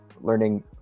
learning